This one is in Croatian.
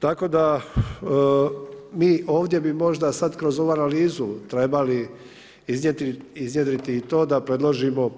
Tako da bi mi možda ovdje sada kroz ovu analizu trebali iznjedriti i to da predložimo